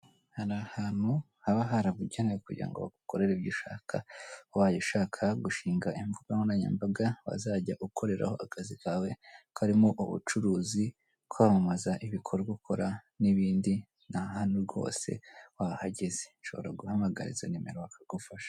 Hari ahantu haba harabugenewe kugira ngo bagukorere ibyo ushaka, wajya ushaka gushinga imbuga nkoranyambaga wazajya ukoreraho akazi kawe karimo ubucuruzi kwamamaza ibikorwa ukorara n'ibindi, nta handi rwose wahageze, ushobora guhamagara izo nimero bakagufasha.